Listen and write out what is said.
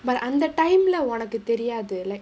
but அந்த:andha time lah உனக்கு தெரியாது:unakku theriyathu like